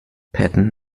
patten